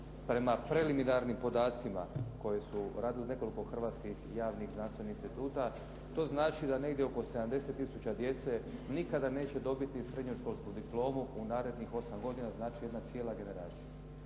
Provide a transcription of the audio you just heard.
Prema preliminarnim podacima koje su radili nekoliko hrvatskih javnih znanstvenih instituta to znači da negdje oko 70.000 djece nikada neće dobiti ni srednjoškolsku diplomu u narednih osam godina, znači jedna cijela generacija.